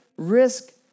risk